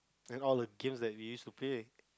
and all the games that we used to play